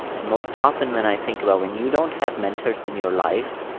and most often, when i think about when you don't have mentors in your life,